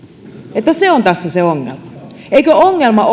että se on tässä se ongelma